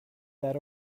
that